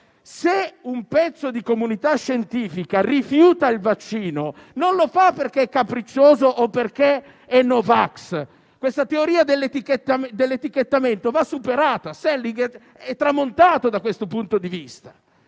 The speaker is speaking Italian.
Se un pezzo di comunità scientifica rifiuta il vaccino, non lo fa perché è capriccioso o perché è *no vax.* Questa teoria dell'etichettamento va superata. Sellin è tramontato da questo punto di vista.